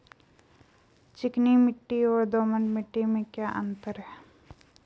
चिकनी मिट्टी और दोमट मिट्टी में क्या क्या अंतर है?